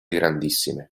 grandissime